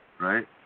Right